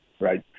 right